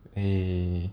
eh